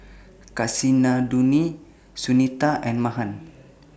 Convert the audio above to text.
Kasinadhuni Sunita and Mahan